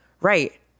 right